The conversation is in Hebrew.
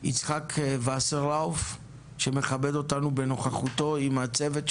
יצחק וסרלאוף שמכבד אותנו בנוכחותו עם הצוות שלו.